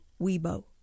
Weibo